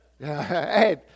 Hey